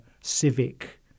civic